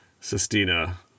Sestina